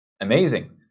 amazing